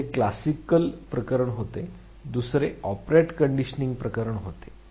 पहिले क्लासिकल प्रकरण होते दुसरे ऑपरेंट कंडीशनिंग प्रकरण होते